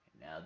Now